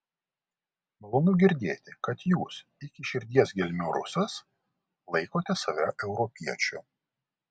malonu girdėti kad jūs iki širdies gelmių rusas laikote save europiečiu